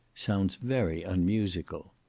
sounds very unmusical.